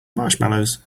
marshmallows